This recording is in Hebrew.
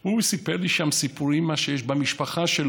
והוא סיפר לי שם סיפורים על מה שהיה במשפחה שלו,